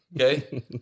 Okay